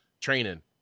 training